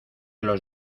los